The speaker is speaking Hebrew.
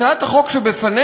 הצעת החוק שבפנינו,